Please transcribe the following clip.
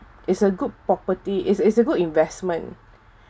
it's a good property it's it's a good investment